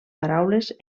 paraules